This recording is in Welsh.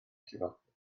llifogydd